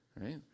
right